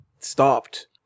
stopped